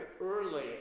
early